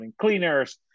cleaners